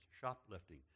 shoplifting